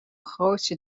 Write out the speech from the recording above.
grootse